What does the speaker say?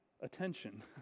attention